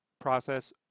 process